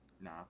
No